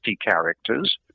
characters